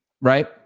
right